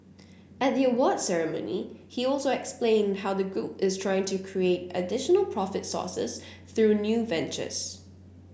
at the awards ceremony he also explained how the group is trying to create additional profit sources through new ventures